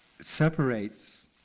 separates